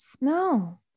No